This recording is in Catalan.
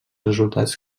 resultats